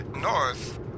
north